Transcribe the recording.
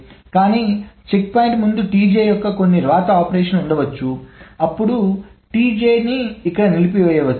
కానీ checkpoint ముందు Tj యొక్క కొన్ని వ్రాత ఆపరేషన్లు ఉండవచ్చు అప్పుడు Tj ఇక్కడ నిలిపివేయవచ్చు